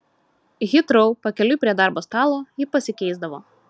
hitrou pakeliui prie darbo stalo ji pasikeisdavo